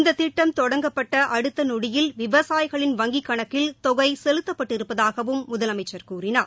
இந்த திட்டம் தொடங்கப்பட்ட அடுத்த நொடியில் விவசாயிகளின் வங்கிக் கணக்கில் தொகை செலுத்தப்பட்டிருப்பதாகவும் முதலமைச்சர் கூறினார்